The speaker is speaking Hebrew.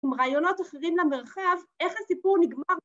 ‫עם רעיונות אחרים למרחב, ‫איך הסיפור נגמר...